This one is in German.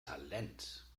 talent